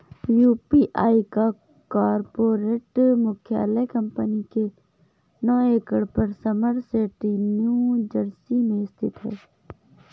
UPI का corporate मुख्यालय कंपनी के नौ एकड़ पर समरसेट न्यू जर्सी में स्थित है